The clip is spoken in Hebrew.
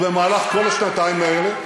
ובמהלך כל השנתיים האלה.